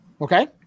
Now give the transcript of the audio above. Okay